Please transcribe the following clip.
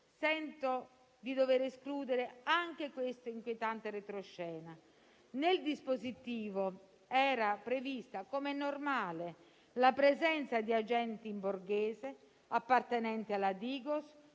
Sento di dover escludere anche questo inquietante retroscena. Nel dispositivo era prevista - come è normale - la presenza di agenti in borghese appartenenti alla Digos